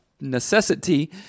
necessity